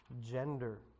gender